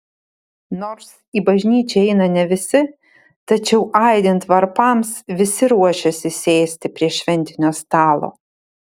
nors į bažnyčią eina ne visi tačiau aidint varpams visi ruošiasi sėsti prie šventinio stalo